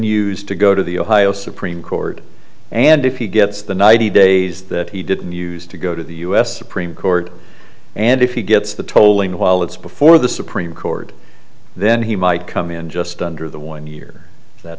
use to go to the ohio supreme court and if he gets the ninety days that he didn't use to go to the u s supreme court and if he gets the tolling while it's before the supreme court then he might come in just under the one year that